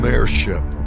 Airship